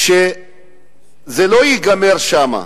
שזה לא ייגמר שם.